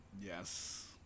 Yes